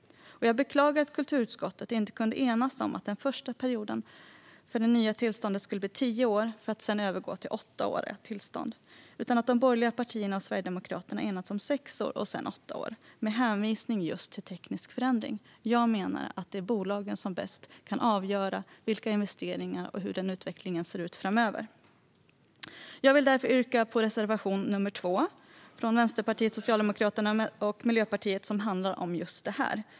Jag beklagar att kulturutskottet inte kunde enas om att den första perioden för det nya tillståndet skulle bli tio år för att sedan övergå till åttaåriga tillstånd. De borgerliga partierna och Sverigedemokraterna har i stället enats om sex år och sedan åtta år med hänvisning till just teknisk förändring. Jag menar att det är bolagen som bäst kan avgöra vilka investeringar som ska göras och hur den utvecklingen ser ut framöver. Jag vill därför yrka bifall till reservation nr 2 från Vänsterpartiet, Socialdemokraterna och Miljöpartiet, vilken handlar om just detta.